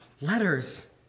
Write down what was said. Letters